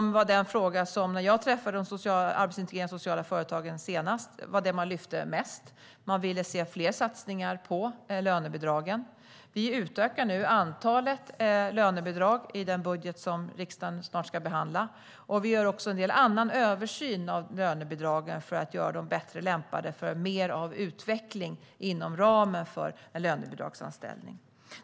När jag träffade de arbetsintegrerande sociala företagen senast var det den fråga som de lyfte upp mest. De ville se fler satsningar på lönebidragen. Vi utökar nu antalet lönebidrag i den budget som riksdagen snart ska behandla, och vi gör också annan översyn av lönebidragen för att göra dem bättre lämpade för mer av utveckling inom ramen för en lönebidragsanställning.